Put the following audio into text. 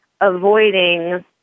avoiding